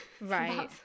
Right